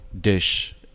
dish